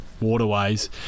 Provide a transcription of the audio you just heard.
waterways